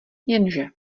jenže